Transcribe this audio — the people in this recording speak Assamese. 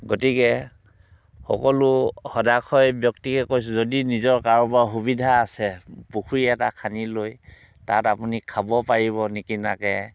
গতিকে সকলো সদাশয় ব্যক্তিকে কৈছোঁ যদি নিজৰ কাৰোবাৰ সুবিধা আছে পুখুৰী এটা খান্দি লৈ তাত আপুনি খাব পাৰিব নিকিনাকৈ